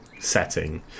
setting